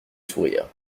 sourire